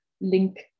link